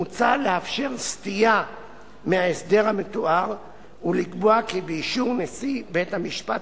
מוצע לאפשר סטייה מההסדר המתואר ולקבוע כי באישור נשיא בית-משפט